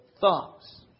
thoughts